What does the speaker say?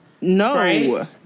No